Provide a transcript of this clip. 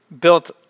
built